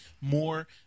more